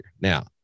Now